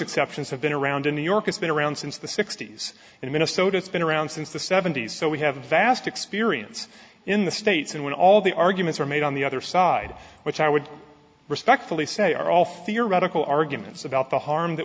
exceptions have been around in new york it's been around since the sixty's and minnesota's been around since the seventy's so we have a vast experience in the states and when all the arguments are made on the other side which i would respectfully say are all theoretical arguments about the harm that